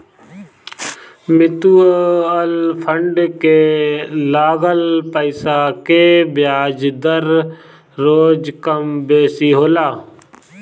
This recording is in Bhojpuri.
मितुअल फंड के लागल पईसा के बियाज दर रोज कम बेसी होला